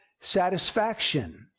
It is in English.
satisfaction